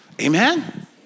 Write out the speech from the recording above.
Amen